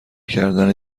کردن